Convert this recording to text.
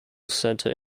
centre